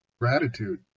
Gratitude